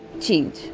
change